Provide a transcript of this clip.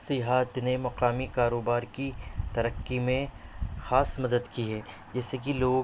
سیاحت نے مقامی کاروبار کی ترقی میں خاص مدد کی ہے جیسے کہ لوگ